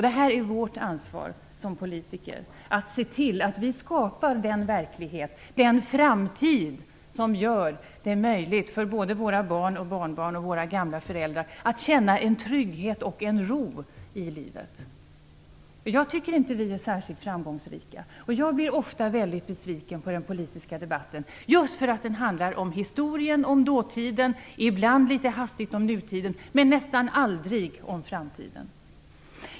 Det är vårt ansvar som politiker att se till att vi skapar den verklighet, den framtid som gör det möjligt för både våra barn och barnbarn och våra gamla föräldrar att känna en trygghet och en ro i livet. Jag tycker inte vi är särskilt framgångsrika. Jag blir ofta väldigt besviken på den politiska debatten, just för att den handlar om historien, om dåtiden, ibland litet hastigt om nutiden, men nästan aldrig om framtiden.